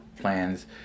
plans